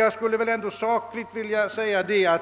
Jag skulle dock vilja framhålla,